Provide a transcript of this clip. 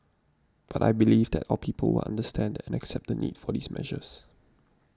but I believe that our people will understand and accept the need for these measures